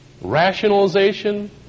rationalization